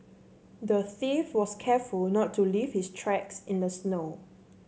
the thief was careful not to leave his tracks in the snow